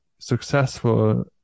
successful